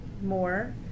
more